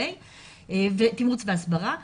הסברה וכו'.